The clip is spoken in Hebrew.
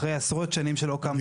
אחרי עשרות שנים שלא קם פה בנק.